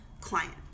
client